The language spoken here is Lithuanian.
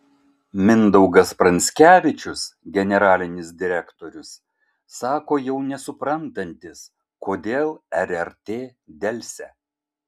mindaugas pranskevičius generalinis direktorius sako jau nesuprantantis kodėl rrt delsia